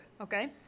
Okay